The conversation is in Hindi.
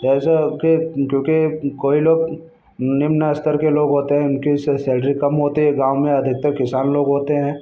जैसे की क्योंकि कोई लोग निम्न स्तर के लोग होते हैं उनकी सैलरी कम होती है गाँव में अधिकतर किसान लोग होते हैं